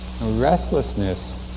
Restlessness